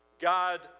God